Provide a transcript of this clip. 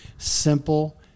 simple